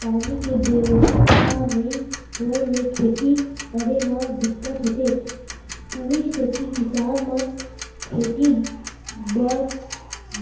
पानी के बेवस्था नइ होय ले खेती करे म दिक्कत होथे उही सेती किसान मन खेती बर